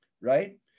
Right